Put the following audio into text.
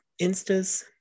instas